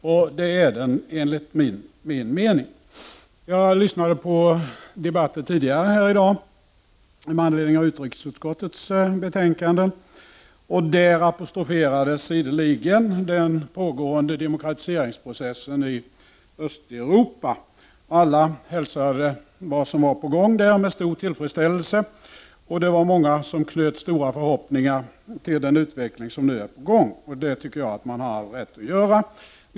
Och det är den enligt min mening. Jag lyssnade tidigare i dag på en debatt med anledning av utrikesutskottets betänkande. Där apostroferades ideligen den pågående demokratiseringsprocessen i Östeuropa. Alla hälsade vad som var på gång där med stor tillfredsställelse. Många knöt stora förhoppningar till den utveckling som nu är på gång. Jag anser också att man har all rätt att göra det.